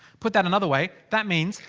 put that another way. that means,